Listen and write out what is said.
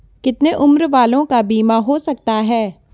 कितने उम्र वालों का बीमा हो सकता है?